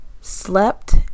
slept